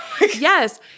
yes